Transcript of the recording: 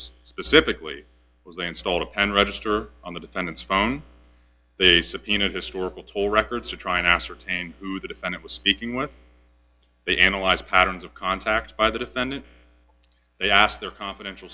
specifically was they installed a pen register on the defendant's phone they subpoenaed historical toll records to try and ascertain who the defendant was speaking with they analyze patterns of contacts by the defendant they asked their confidential